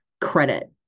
credit